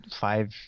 five